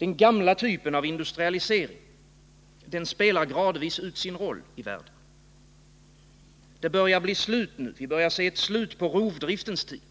Den gamla typen av industrialisering spelar mer och mer ut sin roll i världen. Vi börjar se slutet på rovdriftens tid.